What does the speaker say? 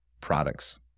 products